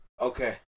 Okay